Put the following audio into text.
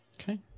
Okay